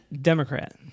Democrat